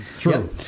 True